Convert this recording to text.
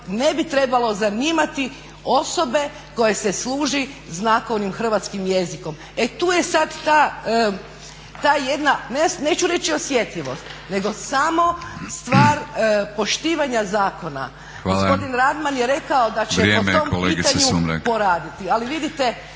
ne bi trebalo zanimati osobe koje se služi znakovnim hrvatskim jezikom? E tu je sad ta jedna neću reći osjetljivost, nego samo stvar poštivanja zakona. Gospodin Radman je rekao da će po tom pitanju… …/Upadica Batinić: